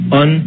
un